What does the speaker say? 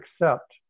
accept